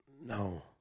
No